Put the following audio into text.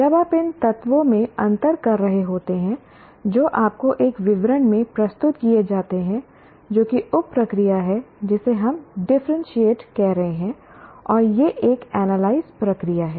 जब आप उन तत्वों में अंतर कर रहे होते हैं जो आपको एक विवरण में प्रस्तुत किए जाते हैं जो कि उप प्रक्रिया है जिसे हम डिफरेंटशिएट कह रहे हैं और यह एक एनालाइज प्रक्रिया है